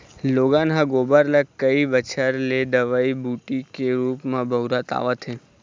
लोगन ह गोबर ल कई बच्छर ले दवई बूटी के रुप म बउरत आवत हे